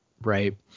Right